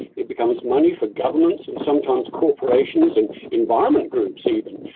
it becomes money for governments and sometimes corporations and environment groups even,